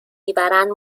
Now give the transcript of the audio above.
میبرند